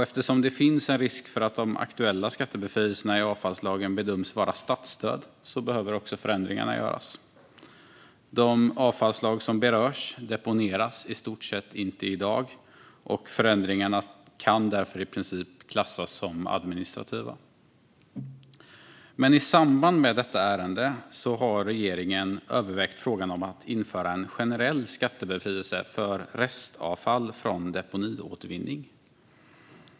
Eftersom det finns risk att de aktuella skattebefrielserna i avfallslagen bedöms som statsstöd behöver förändringarna göras. De avfallsslag som berörs deponeras i stort sett inte i dag. Förändringarna kan därför i princip klassas som administrativa. I samband med detta ärende har regeringen övervägt att införa en generell skattebefrielse för restavfall från deponiåtervinning.